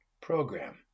program